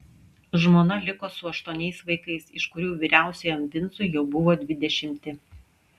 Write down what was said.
žmona liko su aštuoniais vaikais iš kurių vyriausiajam vincui jau buvo dvidešimti